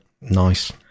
Nice